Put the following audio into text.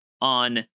on